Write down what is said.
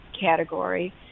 category